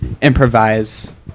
improvise